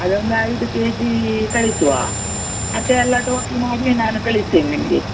ಅದೊಂದು ಐದು K G ಕಳಿಸುವ ಮತ್ತೆ ಎಲ್ಲ ಟೋಟ್ಲ್ ಮಾಡಿ ನಾನು ಕಳಿಸ್ತೇನೆ ನಿಮಗೆ